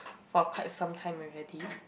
for quite some time already